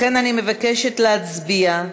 לכן אני מבקשת להצביע.